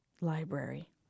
library